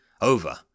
Over